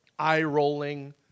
Eye-rolling